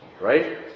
right